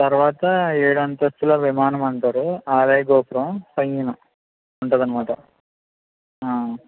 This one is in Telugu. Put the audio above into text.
తరువాత ఏడు అంతస్తుల విమానం అంటారు ఆలయ గోపురం పైన ఉంటుంది అన్నమాట ఆ